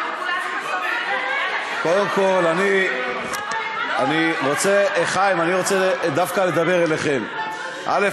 חיים, אני רוצה דווקא לדבר אליכם: א.